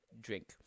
drink